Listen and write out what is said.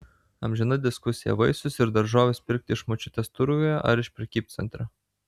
amžina diskusija vaisius ir daržoves pirkti iš močiutės turguje ar iš prekybcentrio